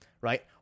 right